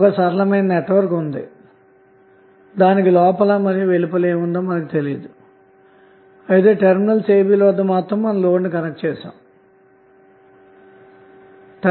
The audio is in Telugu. ఒక సరళమైన నెట్వర్క్ కలదు దాని లోపల మరియు వెలుపల ఏముందో మనకు తెలియదు అయితే టెర్మినల్స్ a b ల వద్ద మాత్రం లోడ్ కనెక్ట్ చేయటం జరిగింది